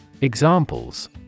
Examples